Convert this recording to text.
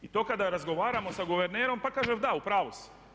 I to kada razgovaramo sa guvernerom, pa kaže da, u pravu si.